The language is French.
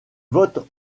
votes